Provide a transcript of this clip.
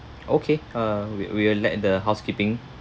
okay uh we we will let the housekeeping